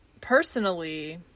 personally